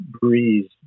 breeze